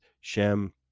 Shem